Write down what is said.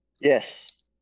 Yes